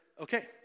Okay